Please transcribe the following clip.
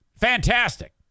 fantastic